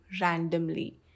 randomly